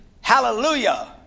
hallelujah